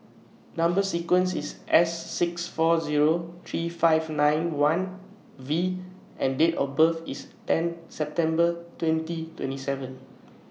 Number sequence IS S six four Zero three five nine one V and Date of birth IS ten September twenty twenty seven